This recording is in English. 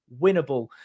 winnable